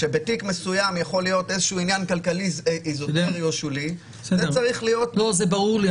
כשבתיק מסוים יכול להיות עניין כלכלי אזוטרי או שולי --- זה ברור לי,